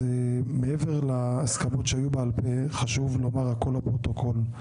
אז מעבר להסכמות שהיו בעל פה חשוב לומר הכול לפרוטוקול.